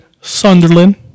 Sunderland